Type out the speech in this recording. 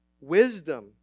wisdom